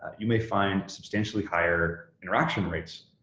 you may find substantially higher interaction rates,